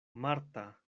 marta